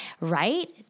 right